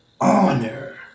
honor